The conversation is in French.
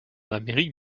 amérique